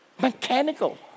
mechanical